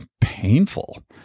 painful